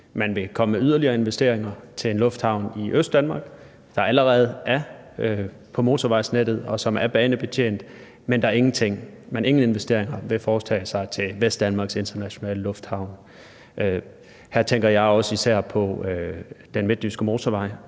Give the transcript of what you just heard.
man vil komme med yderligere investeringer til en lufthavn i Østdanmark, der allerede er på motorvejsnettet, og som er banebetjent, men at man ingen investeringer vil foretage til Vestdanmarks internationale lufthavn. Her tænker jeg også især på den midtjyske motorvej,